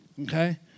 Okay